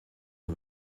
der